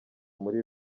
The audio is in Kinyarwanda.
muri